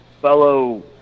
fellow